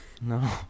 No